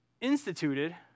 instituted